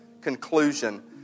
conclusion